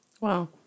Wow